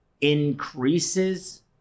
increases